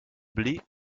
blé